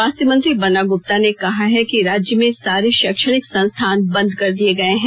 स्वास्थ्य मंत्री बन्ना गुप्ता ने कहा है कि राज्य में सारे शैक्षणिक संस्थान बंद कर दिये गए हैं